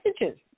messages